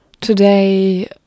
today